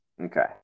Okay